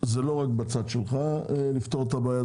זה לא רק בצד שלך לפתור את הבעיה,